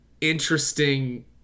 interesting